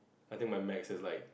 I think my macs is like